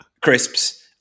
crisps